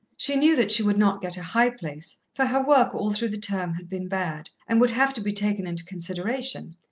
she knew that she would not get a high place, for her work all through the term had been bad, and would have to be taken into consideration,